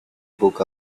book